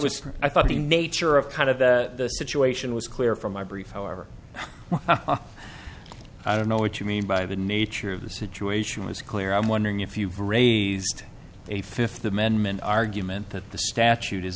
was i thought the nature of kind of the situation was clear from my brief however i don't know what you mean by the nature of the situation was clear i'm wondering if you've raised a fifth amendment argument that the statute is